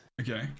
Okay